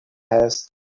has